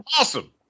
awesome